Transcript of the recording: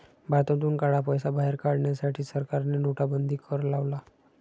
भारतातून काळा पैसा बाहेर काढण्यासाठी सरकारने नोटाबंदी कर लावला